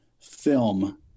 film